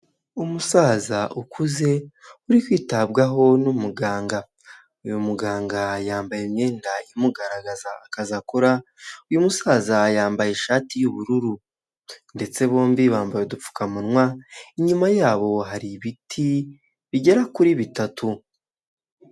Umusaza ukuze uri kwitabwaho n'umuganga. Uyu muganga yambaye imyenda imugaragaza akazi akora, uyu musaza yambaye ishati y'ubururu ndetse bombi bambaye udupfukamunwa, inyuma yabo hari ibiti bigera kuri bitatu.